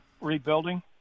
rebuilding